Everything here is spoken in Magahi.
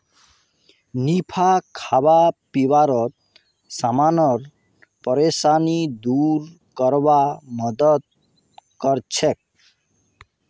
निफा खाबा पीबार समानेर परेशानी दूर करवार मदद करछेक